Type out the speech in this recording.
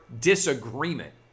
disagreement